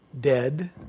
dead